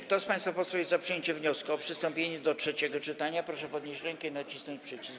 Kto z państwa posłów jest za przyjęciem wniosku o przystąpienie do trzeciego czytania, proszę podnieść rękę i nacisnąć przycisk.